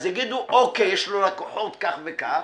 אז יגידו יש לו לקוחות כך וכך.